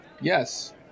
Yes